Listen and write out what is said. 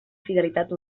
fidelitat